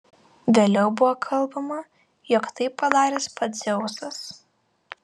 vėliau buvo kalbama jog tai padaręs pats dzeusas